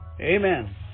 Amen